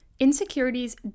Insecurities